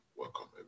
Welcome